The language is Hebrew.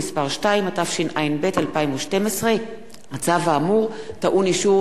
התשע"ב 2012. הצו האמור טעון אישור הכנסת,